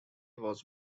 was